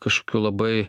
kažkokių labai